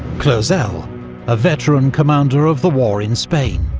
clauzel, a veteran commander of the war in spain.